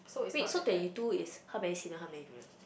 wait so twenty two is how many senior how many